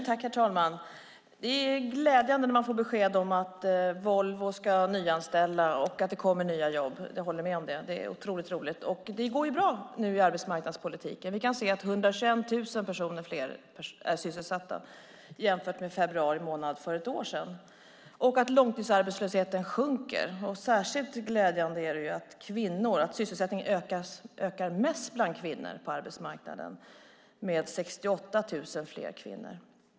Herr talman! Det är glädjande när man får besked om att Volvo ska nyanställa och att det kommer nya jobb. Det håller jag med om; det är väldigt roligt. Det går bra i arbetsmarknadspolitiken. Vi kan se att 121 000 fler är sysselsatta jämfört med februari för ett år sedan, och långtidsarbetslösheten sjunker. Det är särskilt glädjande att sysselsättningen ökar mest bland kvinnor. Det är 68 000 fler kvinnor.